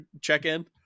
check-in